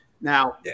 now